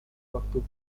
waktu